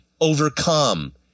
overcome